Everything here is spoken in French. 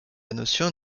notion